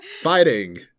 Fighting